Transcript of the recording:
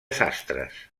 sastres